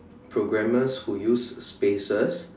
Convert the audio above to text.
programmers who use spaces